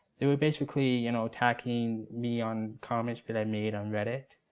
they were basically you know attacking me on comments that i made on reddit.